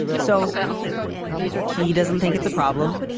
so he doesn't think it's a problem.